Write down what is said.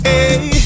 Hey